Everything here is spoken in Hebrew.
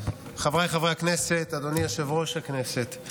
חבריי חברי הכנסת, אדוני יושב-ראש הכנסת,